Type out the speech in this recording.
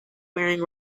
wearing